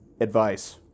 advice